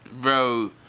Bro